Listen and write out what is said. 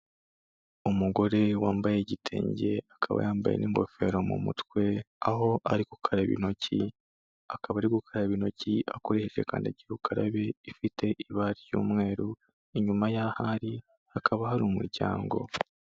Umugore wambaye igitenge akaba yambaye n'ingofero mu mutwe, aho ari gukaraba intoki, akaba ari gukaraba intoki akoresheje kandigira ukarabe ifite ibara ry'umweru, inyuma y'aho ari hakaba hari umuryango.